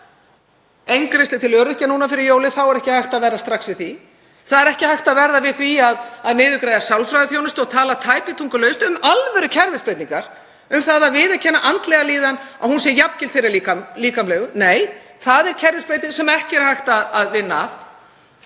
eingreiðslu til öryrkja núna fyrir jólin, þá er ekki hægt að verða strax við því. Það er ekki hægt að verða við því að niðurgreiða sálfræðiþjónustu og tala tæpitungulaust um alvörukerfisbreytingar um að viðurkenna andlega líðan, að hún sé jafngild þeirra líkamlegu. Nei, það er kerfisbreyting sem ekki er hægt að vinna að.